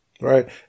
Right